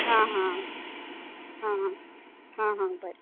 हां हां हां हां हां बरें